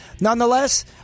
Nonetheless